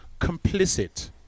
complicit